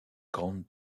grandes